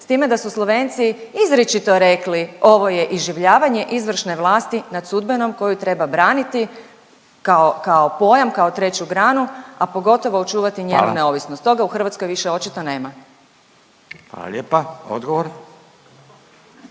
s time da su Slovenci izričito rekli ovo je iživljavanje izvršne vlasti nad sudbenom koju treba braniti kao, kao pojam, kao treću granu, a pogotovo očuvati…/Upadica Radin: Hvala./… njenu neovisnost, toga u Hrvatskoj više očito nema. **Radin, Furio